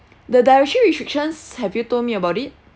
the dietary restrictions have you told me about it